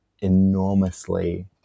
enormously